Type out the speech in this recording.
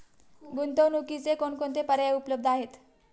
गुंतवणुकीचे कोणकोणते पर्याय उपलब्ध आहेत?